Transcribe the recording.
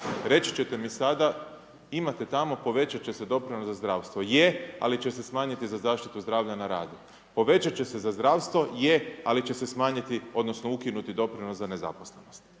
Reći ćete mi sada, imate tamo, povećat će doprinos za zdravstvo. Je, ali će se smanjiti za zaštitu zdravlja na radu. Povećat će se za zdravstvo, je, ali će se smanjiti odnosno ukinuti doprinos za nezaposlenost.